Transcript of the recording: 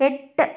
എട്ട്